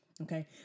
Okay